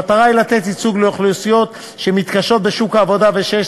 המטרה היא לתת ייצוג לאוכלוסיות שמתקשות בשוק העבודה ושיש